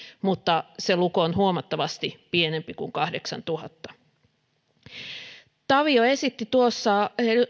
mutta se luku on huomattavasti pienempi kuin kahdeksantuhatta edustaja tavio esitti tuossa